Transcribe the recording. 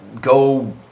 go